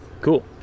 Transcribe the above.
Cool